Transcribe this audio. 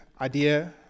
idea